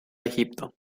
egipto